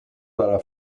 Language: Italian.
dalla